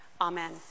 Amen